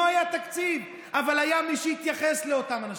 לא היה תקציב, אבל היה מי שהתייחס לאותם אנשים,